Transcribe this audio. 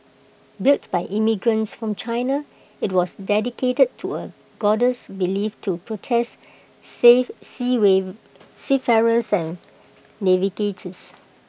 built by immigrants from China IT was dedicated to A goddess believed to protest seafarers and navigators